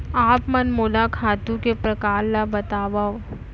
आप मन मोला खातू के प्रकार ल बतावव?